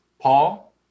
Paul